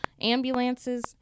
ambulances